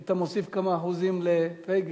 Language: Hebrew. היית מוסיף כמה אחוזים לפייגלין.